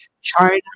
China